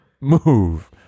move